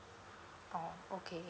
oh okay